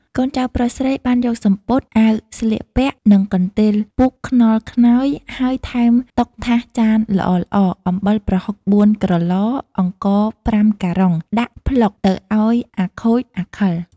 កូនចៅប្រុសស្រីបានយកសំពត់ អាវស្លៀកពាក់ និងកន្ទេលពូកខ្នល់ខ្នើយហើយថែមតុថាសចានល្អៗ អំបិលប្រហុក៤ក្រឡ អង្ករ៥ការុង ដាក់ផ្លុកទៅឱ្យអាខូចអាខិល។